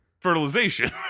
fertilization